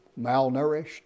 malnourished